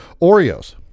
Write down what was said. Oreos